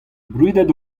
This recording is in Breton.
brudet